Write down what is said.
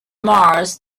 mars